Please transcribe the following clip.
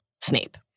snape